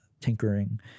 tinkering